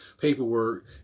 paperwork